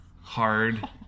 hard